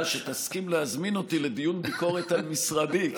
שתסכים להזמין אותי לדיון ביקורת על משרדי,